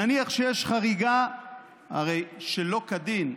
נניח שיש חריגה שלא כדין.